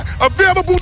Available